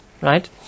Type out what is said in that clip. right